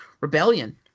rebellion